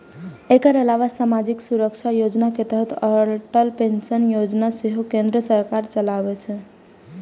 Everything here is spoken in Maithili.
एकर अलावा सामाजिक सुरक्षा योजना के तहत अटल पेंशन योजना सेहो केंद्र सरकार चलाबै छै